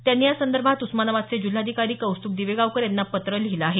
त्यांनी यासंदर्भात उस्मानाबादचे जिल्हाधिकारी कौस्तुभ दिवेगावकर यांना पत्र लिहिलं आहे